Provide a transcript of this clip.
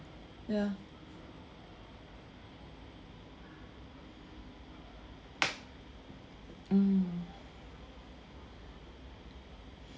ya mm